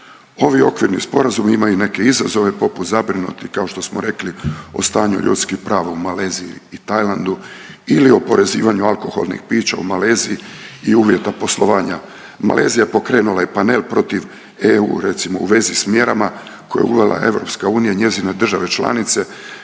Ovi okvirni sporazumi imaju neke izazove poput zabrinuti kao što smo rekli o stanju ljudskih prava u Maleziji i Tajlandu ili oporezivanju alkoholnih pića u Maleziji i uvjeta poslovanja. Malezija pokrenula je panel protiv EU recimo u vezi s mjerama koje je uvela EU i njezine države članice